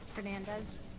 hernandez.